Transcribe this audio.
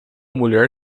mulher